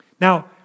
Now